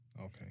Okay